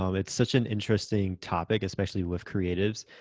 um it's such an interesting topic, especially with creatives.